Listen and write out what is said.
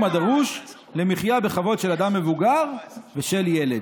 הדרוש למחיה בכבוד של אדם מבוגר ושל ילד.